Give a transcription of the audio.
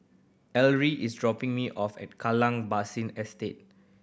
Areli is dropping me off at Kallang Basin Estate